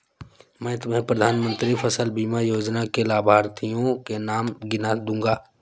मैं तुम्हें प्रधानमंत्री फसल बीमा योजना के लाभार्थियों के नाम गिना दूँगा